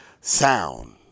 sound